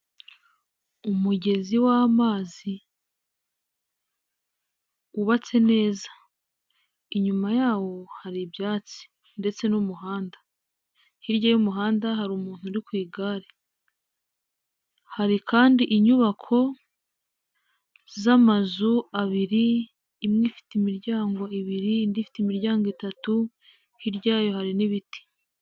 Umugezi w'amazi wubatse neza, inyuma yawo hari ibyatsi ndetse n'umuhanda, hirya y'umuhanda hari umuntu uri ku igare, hari kandi inyubako z'amazu abiri imwe ifite imiryango ibiri, indi ifite imiryango itatu hirya yayo hari n'ibiti.